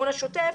וגם על ההלוואות.